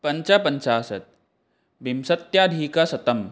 पंचपञ्चाशत् विंशत्यधिकशतम्